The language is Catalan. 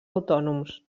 autònoms